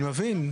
אני מבין.